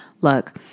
Look